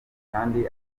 kandi